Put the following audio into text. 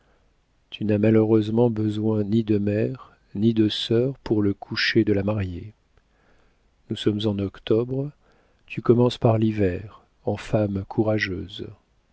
tu n'as malheureusement besoin ni de mère ni de sœur pour le coucher de la mariée nous sommes en octobre tu commences par l'hiver en femme courageuse